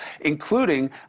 including